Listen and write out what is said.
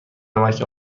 نمک